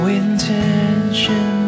intention